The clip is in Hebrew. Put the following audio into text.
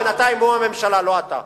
בינתיים הוא הממשלה, לא אתה,